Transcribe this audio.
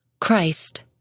Christ